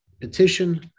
petition